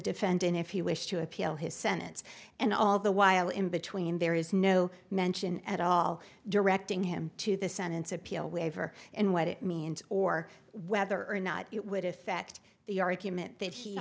defendant if he wished to appeal his sentence and all the while in between there is no mention at all directing him to the sentence appeal waiver in what it means or whether or not it would effect the argument that he